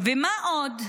ומה עוד?